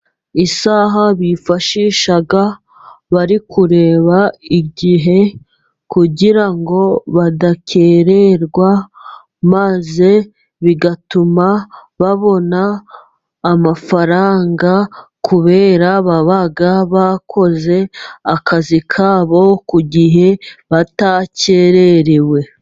Isaha bifashisha bari kureba igihe, kugira ngo badakererwa maze bigatuma babona amafaranga, kubera baba bakoze akazi kabo ku gihe batakererewe.